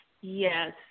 Yes